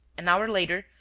an hour later,